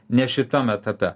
ne šitam etape